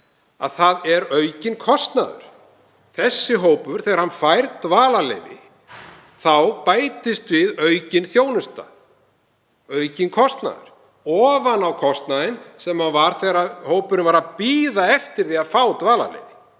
það er aukinn kostnaður. Þegar þessi hópur fær dvalarleyfi þá bætist við aukin þjónusta, aukinn kostnaður, ofan á kostnaðinn sem var þegar hópurinn var að bíða eftir því að fá dvalarleyfi.